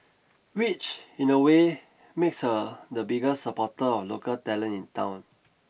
which in a way makes her the biggest supporter of local talent in town